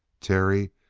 terry,